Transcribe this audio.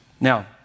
Now